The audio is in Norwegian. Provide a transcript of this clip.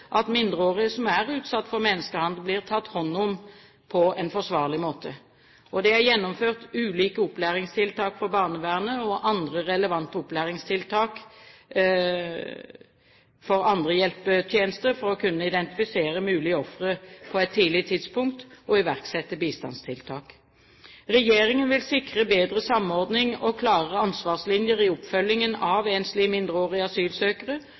at mindreårige som er utsatt for menneskehandel, blir tatt hånd om på en forsvarlig måte. Det er gjennomført ulike opplæringstiltak for barnevernet og andre relevante hjelpetjenester for å kunne identifisere mulige ofre på et tidlig tidspunkt og iverksette bistandstiltak. Regjeringen vil sikre bedre samordning og klarere ansvarslinjer i oppfølgingen av enslige mindreårige asylsøkere